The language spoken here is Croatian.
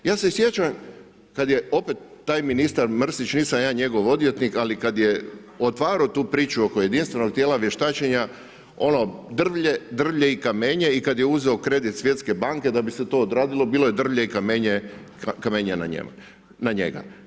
Ja se sjećam kad je opet taj ministar Mrsić, nisam ja njegov odvjetnik, ali kad je otvarao tu priču oko jedinstvenog tijela vještačenja, ono drvlje i kamenje i kad je uzeto kredit svjetske banke da bi se to odradilo bilo je drvlje i kamenje na njega.